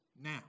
now